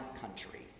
country